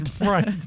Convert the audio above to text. Right